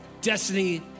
destiny